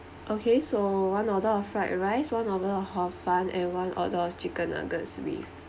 okay so one order of fried rice one order of hor fun and one order of chicken nuggets with